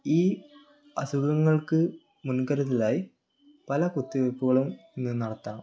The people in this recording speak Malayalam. ഈ അസുഖങ്ങൾക്ക് മുൻകരുതലായി പല കുത്തിവയ്പുകളും ഇന്ന് നടത്താം